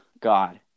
God